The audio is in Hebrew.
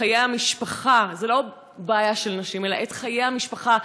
חיי המשפחה זה לא בעיה של נשים אלא חיי המשפחה,